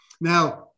now